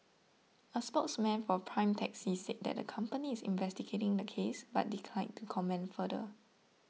a spokesman for Prime Taxi said that the company is investigating the case but declined to comment further